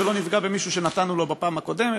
שלא נפגע במישהו שנתנו לו בפעם הקודמת,